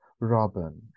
Robin